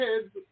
kids